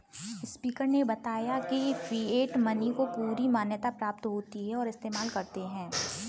speaker ने बताया की फिएट मनी को पूरी मान्यता प्राप्त होती है और इस्तेमाल करते है